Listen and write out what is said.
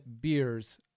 beers